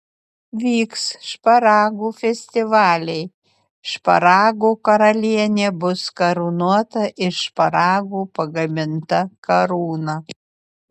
vyks šparagų festivaliai šparagų karalienė bus karūnuota iš šparagų pagaminta karūna